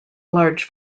large